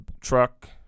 truck